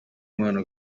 umwana